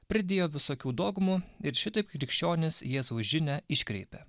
pridėjo visokių dogmų ir šitaip krikščionys jėzaus žinią iškreipė